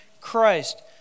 Christ